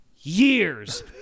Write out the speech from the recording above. years